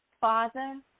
Father